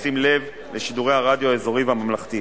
הארצי-מסחרי בשים לב לשידורי הרדיו האזורי והממלכתי,